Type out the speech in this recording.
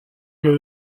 que